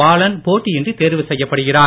பாலன் போட்டியின்றி தேர்வு செய்யப்படுகிறார்